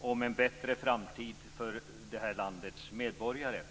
om en bättre framtid för vårt lands medborgare?